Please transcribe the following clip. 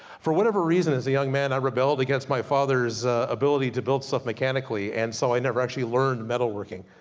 for whatever reason, as a young man, i rebelled against my fathers ability, to build stuff mechanically. and so i never actually learned metal working.